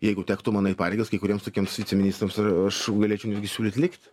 jeigu tektų man eit pareigas kai kuriems tokiems viceministrams ar aš galėčiau netgi siūlyt likt